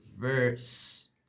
verse